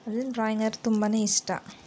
ಅದರಿಂದ ಡ್ರಾಯಿಂಗಂದ್ರೆ ತುಂಬ ಇಷ್ಟ